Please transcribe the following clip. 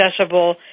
accessible